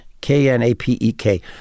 K-N-A-P-E-K